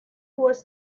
was